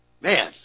Man